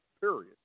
Period